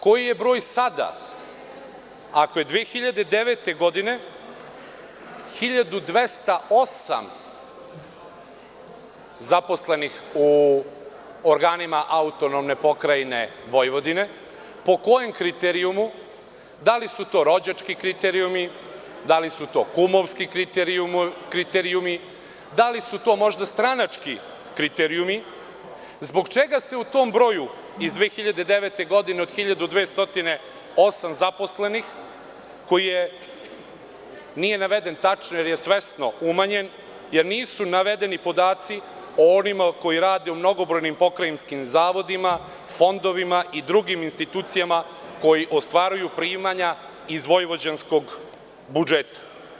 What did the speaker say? Koji je broj sada, ako je 2009. godine 1.208 zaposlenih u organima AP Vojvodine, po kojem kriterijumu, da li su to rođački kriterijumi, da li su to kumovski kriterijumi, da li su to možda stranački kriterijumi, zbog čega se u tom broju iz 2009. godine od 1.208 zaposlenih koji nije naveden tačno, jer je svesno umanjen, jer nisu navedeni podaci o onima koji rade u mnogobrojnim pokrajinskim zavodima, fondovima i drugim institucijama, koji ostvaruju primanja iz vojvođanskog budžeta?